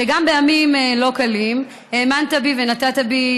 שגם בימים לא קלים האמנת בי ונטעת בי